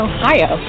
Ohio